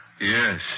Yes